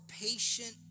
patient